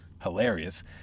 Hilarious